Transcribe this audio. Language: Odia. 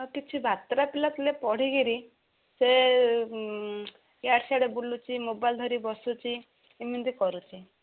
ଆଉ କିଛି ବାତେରା ପିଲା ଥିଲେ ପଢ଼ିକିରି ସେ ଇଆଡ଼େ ସିଆଡ଼େ ବୁଲୁଛି ମୋବାଇଲ୍ ଧରି ବସୁଛି ଏମିତି କରୁଛି